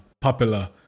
popular